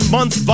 Month